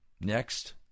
Next